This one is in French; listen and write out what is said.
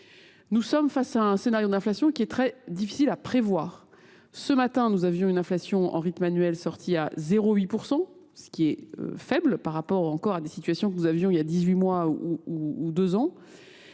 Nous sommes face à un scénario d'inflation qui est très difficile à prévoir. Ce matin, nous avions une inflation en rythme annuel sortie à 0,8%, ce qui est faible par rapport encore à des situations que nous avions il y a 18 mois ou 2 ans.